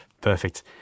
perfect